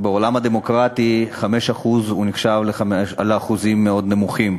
בעולם הדמוקרטי 5% נחשבים לאחוז חסימה מאוד נמוך.